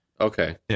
Okay